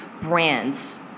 brands